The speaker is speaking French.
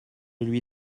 lui